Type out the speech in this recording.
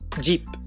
Jeep